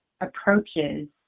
approaches